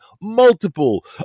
multiple